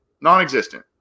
non-existent